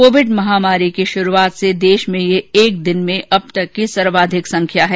Covid महामारी की शुरूआत से देश में ये एक दिन में अब तक की सर्वाधिक संख्या है